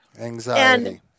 Anxiety